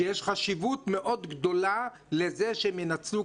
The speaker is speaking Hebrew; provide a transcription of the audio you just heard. שיש חשיבות מאוד גדולה לזה שהם ינצלו